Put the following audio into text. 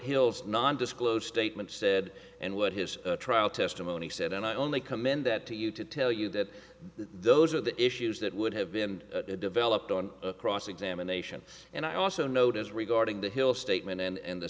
hill's non disclosure statement said and what his trial testimony said and i only commend that to you to tell you that those are the issues that would have been developed on cross examination and i also notice regarding the hill statement and